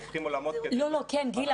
והופכים עולמות כדי --- גילה,